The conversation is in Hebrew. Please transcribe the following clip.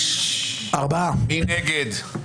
מי נגד?